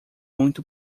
muito